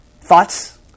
thoughts